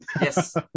Yes